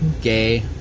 gay